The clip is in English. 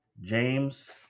james